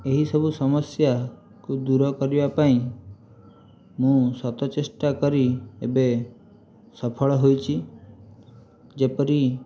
ଏହିସବୁ ସମସ୍ୟାକୁ ଦୂର କରିବା ପାଇଁ ମୁଁ ଶତ ଚେଷ୍ଟା କରି ଏବେ ସଫଳ ହୋଇଛି ଯେପରି